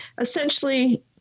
essentially